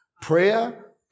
Prayer